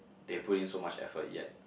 they put in so much effort yet